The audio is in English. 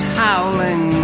howling